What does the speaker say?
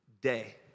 Day